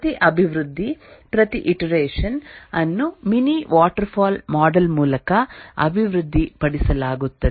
ಪ್ರತಿ ಅಭಿವೃದ್ಧಿ ಪ್ರತಿ ಇಟರೆಷನ್ ಅನ್ನು ಮಿನಿ ವಾಟರ್ಫಾಲ್ ಮಾಡೆಲ್ ಮೂಲಕ ಅಭಿವೃದ್ಧಿಪಡಿಸಲಾಗುತ್ತದೆ